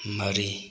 ꯃꯔꯤ